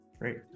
great